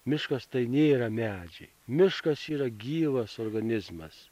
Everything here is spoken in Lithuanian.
miškas tai nėra medžiai miškas yra gyvas organizmas